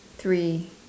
three